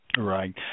Right